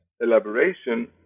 elaboration